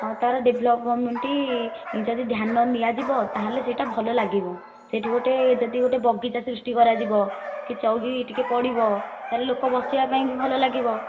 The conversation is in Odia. ହଁ ତା'ର ଡେଭଲପମେଣ୍ଟ ଯଦି ଧ୍ୟାନ ନିଆଯିବ ତାହେଲେ ସେହିଟା ଭଲ ଲାଗିବ ସେଠି ଗୋଟିଏ ଯଦି ଗୋଟିଏ ବଗିଚା ସୃଷ୍ଟି କରାଯିବ କି ଚୌକି ଟିକେ ପଡ଼ିବ ତାହେଲେ ଲୋକ ବସିବା ପାଇଁ ବି ଭଲ ଲାଗିବ